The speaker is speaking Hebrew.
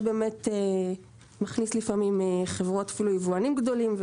זה מכניס לפעמים אפילו יבואנים גדולים.